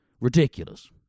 Ridiculous